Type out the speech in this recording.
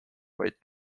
vaid